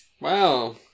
Wow